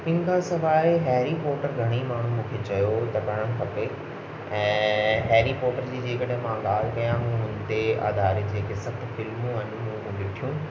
हिन खां सवाइ हैरी पोटर घणेई माण्हू मुखे चयो हो त पढ़णु खपे ऐं हैरी पोटर जी जेकॾहिं मां ॻाल्हि कयां हुन ते अधारित जेके सत फिल्मूं आई हुयूं उहे ॾिठियूं